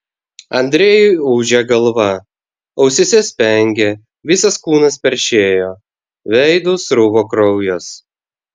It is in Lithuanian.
andrejui ūžė galva ausyse spengė visas kūnas peršėjo veidu sruvo kraujas